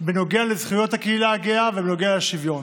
בנוגע לזכויות הקהילה הגאה ובנוגע לשוויון.